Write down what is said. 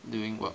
doing work